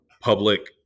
public